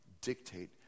dictate